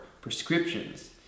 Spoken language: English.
prescriptions